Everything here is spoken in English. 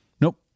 Nope